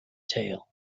tail